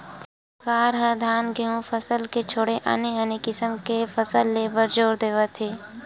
सरकार ह धान, गहूँ फसल के छोड़े आने आने किसम के फसल ले बर जोर देवत हे